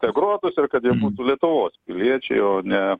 integruotųsi ir kad jie būtų lietuvos piliečiai o ne